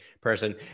person